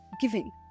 giving